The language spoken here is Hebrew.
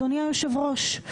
אדוני היושב-ראש,